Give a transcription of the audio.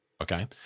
Okay